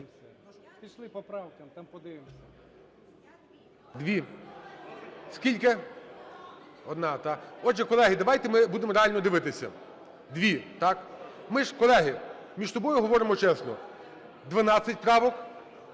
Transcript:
Дві. Скільки? Одна. Так. Отже, колеги, давайте ми будемо реально дивитися. Дві, так? Ми ж, колеги, між собою говоримо чесно, 12 правок,